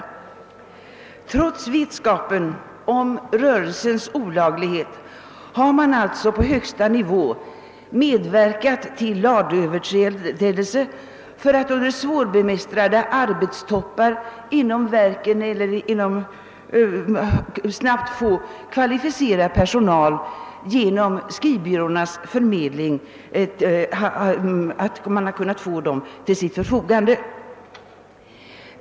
Trots vetskapen om rörelsens olaglighet har man alltså på högsta nivå medverkat till lagöverträdelser för att under = svårbemästrade <arbetstoppar snabbt få kvalificerad personal till sitt förfogande genom skrivbyråernas förmedling.